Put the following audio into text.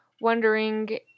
wondering